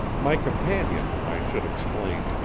my companion, i should explain,